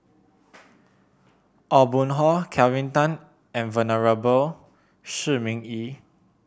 Aw Boon Haw Kelvin Tan and Venerable Shi Ming Yi